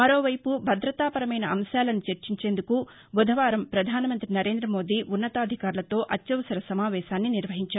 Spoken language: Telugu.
మరోవైపు భద్రతాపరమైన అంశాలను చర్చించేందుకు బుధవారం ప్రధాన మంత్రి నరేంద్ర మోదీ ఉ న్నతాధికారులతో అత్యవసర సమావేశాన్ని నిర్వహించారు